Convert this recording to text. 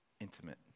intimate